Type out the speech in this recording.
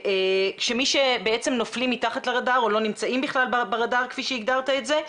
כשמי בעצם נופלים מתחת לרדאר או לא נמצאים בכלל ברדאר כפי שהגדרת את זה.